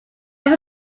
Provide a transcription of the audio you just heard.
were